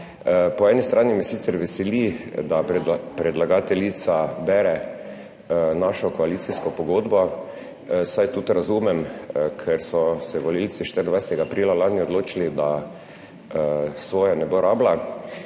Po eni strani me sicer veseli, da predlagateljica bere našo koalicijsko pogodbo, saj tudi razumem, ker so se volivci 24. aprila lani odločili, da svoje ne bo rabila.